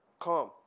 come